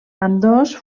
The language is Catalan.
ambdós